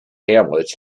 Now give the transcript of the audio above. hamlets